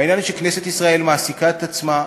העניין הוא שכנסת ישראל מעסיקה את עצמה,